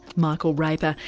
michael raper,